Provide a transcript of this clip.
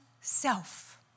self